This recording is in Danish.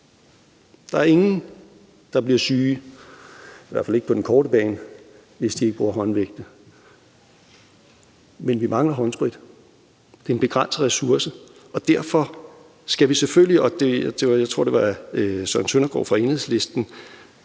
Der er ingen, der bliver syge – i hvert fald ikke på den korte bane – hvis de ikke bruger håndvægte. Men vi mangler håndsprit, det er en begrænset ressource, og derfor skal vi selvfølgelig gøre det her. Jeg tror, det var Søren Søndergaard fra Enhedslisten,